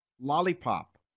Lollipop